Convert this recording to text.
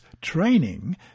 training